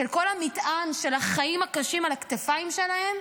של כל המטען של החיים הקשים על הכתפיים שלהם,